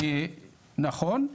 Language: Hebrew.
נכון,